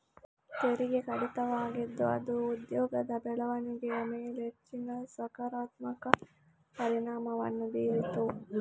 ತೆರಿಗೆ ಕಡಿತವಾಗಿದ್ದು ಅದು ಉದ್ಯೋಗದ ಬೆಳವಣಿಗೆಯ ಮೇಲೆ ಹೆಚ್ಚಿನ ಸಕಾರಾತ್ಮಕ ಪರಿಣಾಮವನ್ನು ಬೀರಿತು